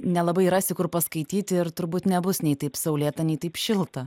nelabai rasi kur paskaityti ir turbūt nebus nei taip saulėta nei taip šilta